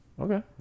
Okay